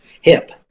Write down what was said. hip